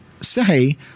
Say